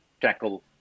tackle